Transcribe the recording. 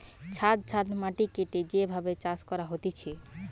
ছাদ ছাদ মাটি কেটে যে ভাবে চাষ করা হতিছে